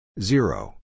Zero